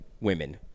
women